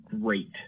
great